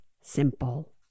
simple